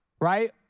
right